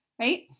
right